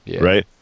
right